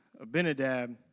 Abinadab